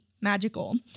magical